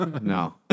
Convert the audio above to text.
no